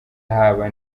haba